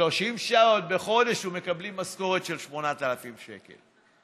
30 שעות בחודש, ומקבלים משכורת של 8,000 שקל.